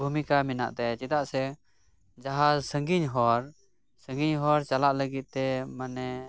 ᱵᱷᱩᱢᱤᱠᱟ ᱢᱮᱱᱟ ᱛᱟᱭᱟ ᱪᱮᱫᱟᱜ ᱥᱮ ᱡᱟᱦᱟᱸ ᱥᱟᱺᱜᱤᱧ ᱦᱚᱨ ᱥᱟᱺᱜᱤᱧ ᱦᱚᱨ ᱪᱟᱞᱟᱜ ᱞᱟᱹᱜᱤᱫ ᱛᱮ ᱢᱟᱱᱮ